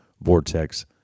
Vortex